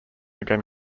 again